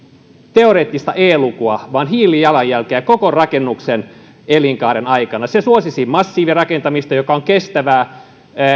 teoreettista e lukua vaan hiilijalanjälkeä koko rakennuksen elinkaaren aikana se suosisi massiivirakentamista joka on kestävää ja